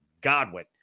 Godwin